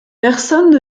personne